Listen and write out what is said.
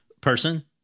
person